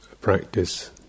practice